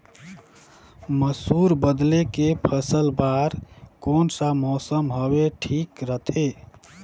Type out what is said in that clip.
मसुर बदले के फसल बार कोन सा मौसम हवे ठीक रथे?